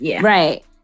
Right